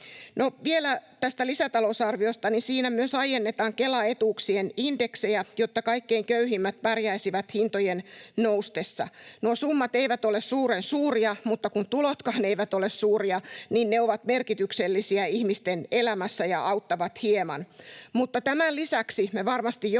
vielä tästä lisätalousarviosta. Siinä myös aikaistetaan Kelan etuuksien indeksejä, jotta kaikkein köyhimmät pärjäisivät hintojen noustessa. Nuo summat eivät ole suuren suuria, mutta kun tulotkaan eivät ole suuria, ne ovat merkityksellisiä ihmisten elämässä ja auttavat hieman. Mutta tämän lisäksi me varmasti joudumme